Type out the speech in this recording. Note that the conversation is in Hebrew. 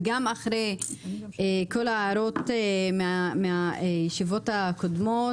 וגם אחרי כל ההערות מהישיבות הקודמות,